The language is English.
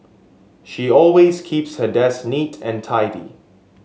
she always keeps her desk neat and tidy